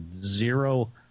zero